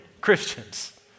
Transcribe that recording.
Christians